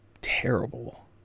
terrible